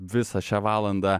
visą šią valandą